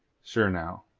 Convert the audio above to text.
sure, now,